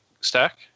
Stack